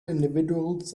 individuals